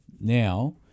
now